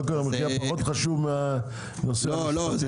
יוקר המחיה פחות חשוב מהנושא המשפטי.